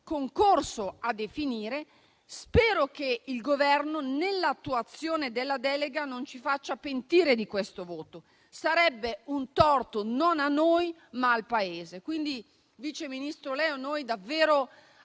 concorso a definire. Spero che il Governo, nell'attuazione della delega, non ci faccia pentire di questo voto. Sarebbe un torto non a noi, ma al Paese. Vice ministro Leo, noi davvero